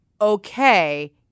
okay